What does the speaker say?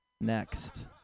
Next